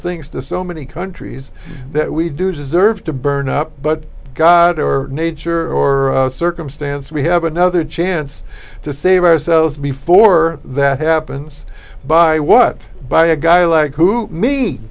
things to so many countries that we do deserve to burn up but god or nature or circumstance we have another chance to save ourselves before that happens by what by a guy like who me